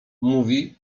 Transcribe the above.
mówi